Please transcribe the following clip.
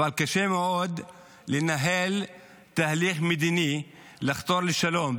אבל קשה מאוד לנהל תהליך מדיני ולחתור לשלום,